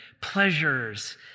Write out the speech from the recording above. pleasures